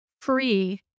free